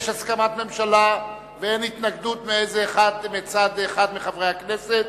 יש הסכמת ממשלה ואין התנגדות מצד אחד מחברי הכנסת.